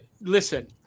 Listen